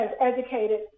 educated